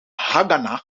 haganah